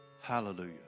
Hallelujah